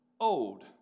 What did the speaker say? old